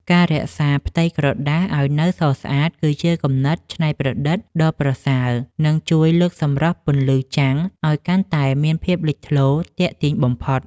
ការរក្សាផ្ទៃក្រដាសឱ្យនៅសស្អាតគឺជាគំនិតច្នៃប្រឌិតដ៏ប្រសើរ និង ជួយលើកសម្រស់ពន្លឺចាំងឱ្យកាន់តែមានភាពលេចធ្លោទាក់ទាញបំផុត។